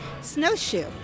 snowshoe